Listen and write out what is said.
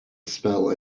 spell